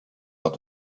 lors